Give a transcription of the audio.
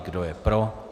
Kdo je pro?